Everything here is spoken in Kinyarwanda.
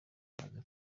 imaze